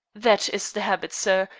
that is the habit, sir,